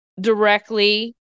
directly